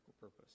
purpose